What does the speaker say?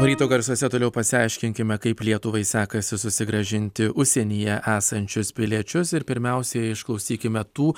ryto garsuose toliau pasiaiškinkime kaip lietuvai sekasi susigrąžinti užsienyje esančius piliečius ir pirmiausiai išklausykime tų